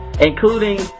including